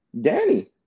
Danny